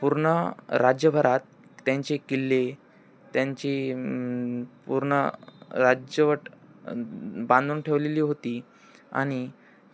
पूर्ण राज्यभरात त्यांचे किल्ले त्यांची पूर्ण राज्यवट बांधून ठेवलेली होती आणि